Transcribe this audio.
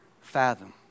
fathom